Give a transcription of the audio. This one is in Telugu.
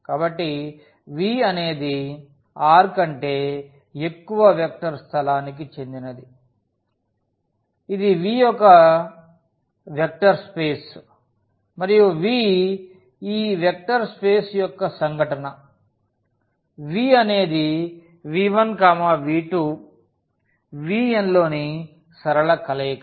కాబట్టి v అనేది R కంటే ఎక్కువ వెక్టర్ స్థలానికి చెందినది ఇది V ఒక వెక్టర్ స్పేస్ మరియు v ఈ వెక్టర్ స్పేస్ యొక్క సంఘటన V అనేది v1v2vnలోని సరళ కలయిక